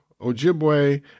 Ojibwe